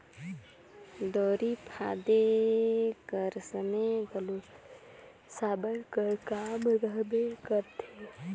दउंरी फादे कर समे घलो साबर कर काम रहबे करथे